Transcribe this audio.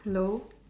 hello